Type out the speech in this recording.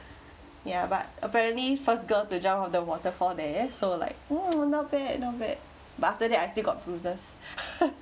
ya but apparently first girl to jump off the waterfall there so like oh not bad not bad but after that I still got bruises